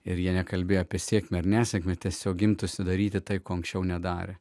ir jie nekalbėjo apie sėkmę ar nesėkmę tiesiog imtųsi daryti tai ko anksčiau nedarė